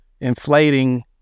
inflating